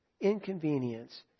inconvenience